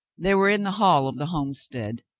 they were in the hall of the homestead,